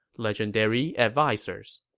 legendary advisers.